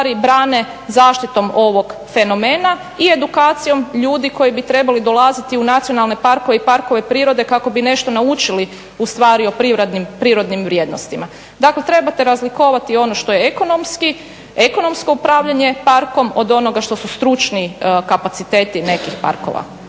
ustvari brane zaštitom ovog fenomena i edukacijom ljudi koji bi trebali dolaziti u nacionalne parkove i parkove prirode kako bi nešto naučili ustvari o prirodnim vrijednostima. Dakle, trebate razlikovati ono što je ekonomski, ekonomsko upravljanje parkom od onoga što su stručni kapaciteti nekih parkova.